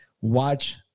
watch